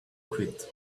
quit